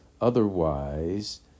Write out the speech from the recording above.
Otherwise